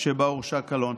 שבה הורשע קלון.